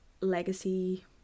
legacy